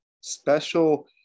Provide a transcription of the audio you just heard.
special